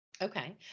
Okay